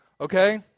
okay